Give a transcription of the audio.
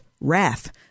Wrath